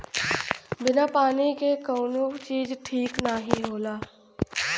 बिना पानी के कउनो चीज ठीक नाही होला